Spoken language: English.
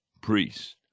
priest